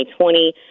2020